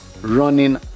running